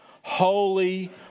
Holy